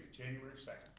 january second.